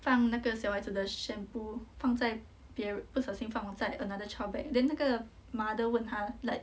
放那个小孩子的 shampoo 放在别不小心放在 another child bag then 那个 mother 问她 like